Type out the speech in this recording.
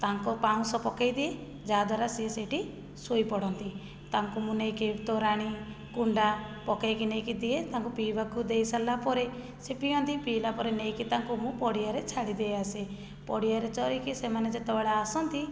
ତାଙ୍କ ପାଉଁଶ ପକାଇଦିଏ ଯାହାଦ୍ଵାରା ସିଏ ସେଇଠି ଶୋଇ ପଡ଼ନ୍ତି ତାଙ୍କୁ ମୁଁ ନେଇକି ତୋରାଣି କୁଣ୍ଡା ପକାଇକି ନେଇକି ଦିଏ ତାଙ୍କୁ ପିଇବାକୁ ଦେଇ ସାରିଲା ପରେ ସେ ପିଅନ୍ତି ପିଇଲା ପରେ ନେଇକି ତାଙ୍କୁ ମୁଁ ପଡ଼ିଆରେ ଛାଡ଼ି ଦେଇ ଆସେ ପଡ଼ିଆରେ ଚରିକି ସେମାନେ ଯେତେବେଳେ ଆସନ୍ତି